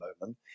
moment